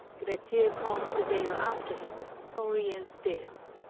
grettir called the dale after him, thorir's dale.